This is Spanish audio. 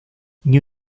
new